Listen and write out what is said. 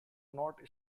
not